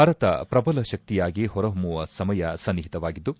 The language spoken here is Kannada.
ಭಾರತ ಪ್ರಬಲ ಶಕ್ತಿಯಾಗಿ ಹೊರ ಹೊಮ್ನುವ ಸಮಯ ಸನ್ನಿಹಿತವಾಗಿದ್ದು